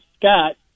Scott